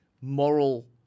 moral